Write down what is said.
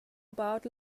about